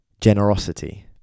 generosity